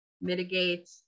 mitigate